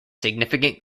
significant